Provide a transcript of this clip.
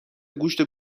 گوشت